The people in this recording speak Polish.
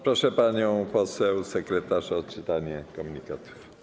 Proszę panią poseł sekretarz o odczytanie komunikatów.